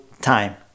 time